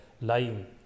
lying